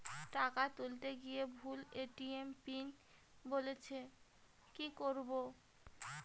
টাকা তুলতে গিয়ে ভুল এ.টি.এম পিন বলছে কি করবো?